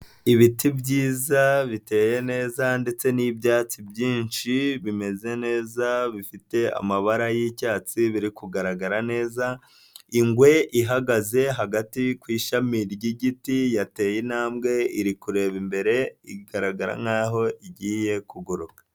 Ibiti byiza biteye neza ndetse n'ibyatsi byinshi bimeze neza, bifite amabara y'icyatsi biri kugaragara neza, ingwe ihagaze hagati ku ishami ry'igiti yateye intambwe iri kureba imbere igaragara nkaho igiye ku kuguruka.